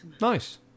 nice